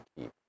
keep